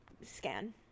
Scan